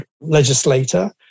legislator